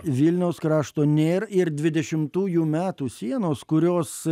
vilniaus krašto nėra ir dvidešimtųjų metų sienos kurios